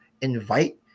invite